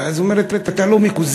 ואז הוא אומר לי: אתה לא מקוזז?